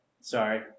sorry